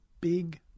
big